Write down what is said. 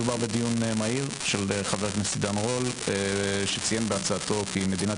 מדובר בדיון מהיר של חבר הכנסת עידן רול שציין בהצעתו כי מדינת